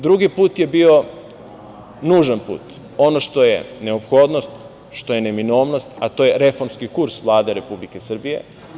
Drugi put je bio nužan put, ono što je neophodnost, što je neminovnost, a to je reformski kurs Vlade Republike Srbije.